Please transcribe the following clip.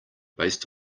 based